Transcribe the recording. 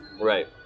Right